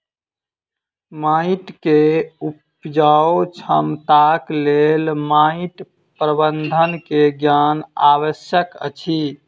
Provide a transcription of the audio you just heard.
माइट के उपजाऊ क्षमताक लेल माइट प्रबंधन के ज्ञान आवश्यक अछि